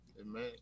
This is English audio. Amen